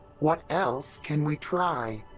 what else can we try?